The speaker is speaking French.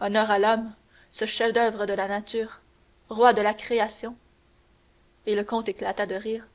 un blasphème honneur à l'homme ce chef-d'oeuvre de la nature ce roi de la création et le comte éclata de rire